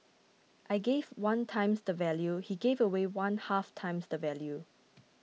I gave one times the value he gave away one half times the value